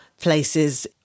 places